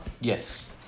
Yes